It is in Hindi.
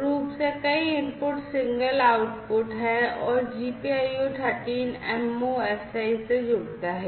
रूप से कई इनपुट सिंगल आउटपुट है और GPIO 13 MOSI से जुड़ता है